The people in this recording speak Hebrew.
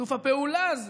שיתוף הפעולה הזה,